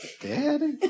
Daddy